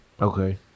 Okay